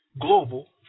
global